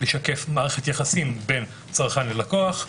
לשקף מערכת יחסים בין צרכן ללקוח,